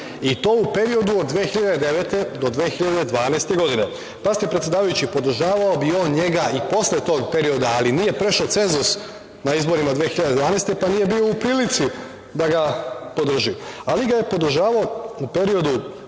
i to u periodu od 2009. do 2012. godine. Pazite, predsedavajući, podržavao bi i on njega i posle tog perioda, ali nije prešao cenzus na izborima 2012. godine, pa nije bio u prilici da ga podrži, ali ga je podržavao u periodu